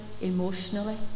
emotionally